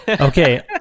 Okay